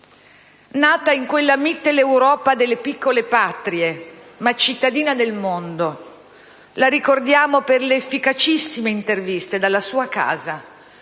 Nata in quella Mitteleuropa delle piccole patrie ma cittadina del mondo, la ricordiamo per le efficacissime interviste dalla sua casa,